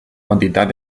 quantitat